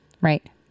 right